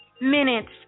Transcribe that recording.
minutes